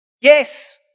Yes